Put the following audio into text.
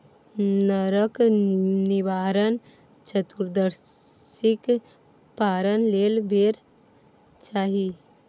नरक निवारण चतुदर्शीक पारण लेल बेर चाही